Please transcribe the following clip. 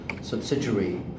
subsidiary